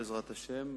בעזרת השם,